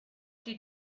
did